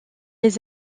les